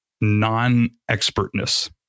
non-expertness